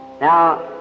Now